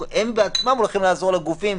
הם בעצמם הולכים לעזור לגופים,